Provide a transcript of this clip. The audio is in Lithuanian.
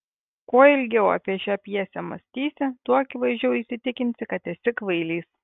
kuo ilgiau apie šią pjesę mąstysi tuo akivaizdžiau įsitikinsi kad esi kvailys